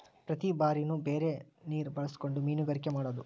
ಪ್ರತಿ ಬಾರಿನು ಬೇರೆ ನೇರ ಬಳಸಕೊಂಡ ಮೇನುಗಾರಿಕೆ ಮಾಡುದು